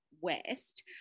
west